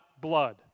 blood